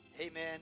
Amen